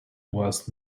west